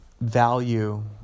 value